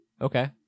Okay